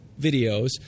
videos